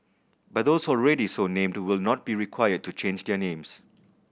but those already so named will not be required to change their names